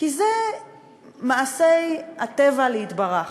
כי זה מעשה הטבע להתברך.